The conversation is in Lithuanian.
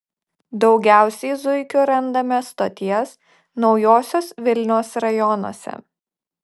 daugiausiai zuikių randama stoties naujosios vilnios rajonuose